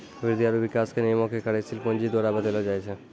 वृद्धि आरु विकास के नियमो के कार्यशील पूंजी के द्वारा बतैलो जाय छै